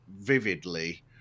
vividly